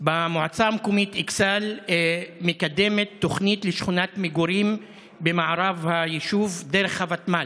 המועצה המקומית אכסאל מקדמת תוכנית לשכונת מגורים במערב הכפר דרך ותמ"ל.